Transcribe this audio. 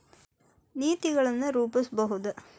ನೇತಿಗಳನ್ ರೂಪಸ್ಬಹುದು